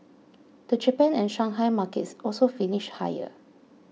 the Japan and Shanghai markets also finished higher